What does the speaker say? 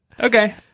Okay